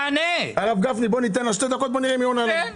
ניתן לה שתי דקות ונראה אם היא עונה.